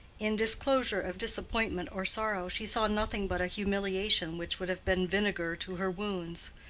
in disclosure of disappointment or sorrow she saw nothing but a humiliation which would have been vinegar to her wounds.